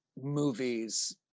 movies